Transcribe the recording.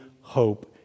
hope